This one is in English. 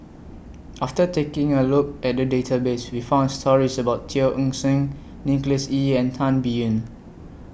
after taking A Look At The Database We found stories about Teo Eng Seng Nicholas Ee and Tan Biyun